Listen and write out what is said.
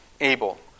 Abel